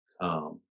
come